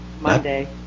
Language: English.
monday